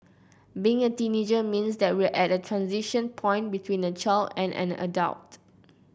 being a teenager means that we're at a transition point between a child and an adult